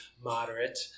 moderate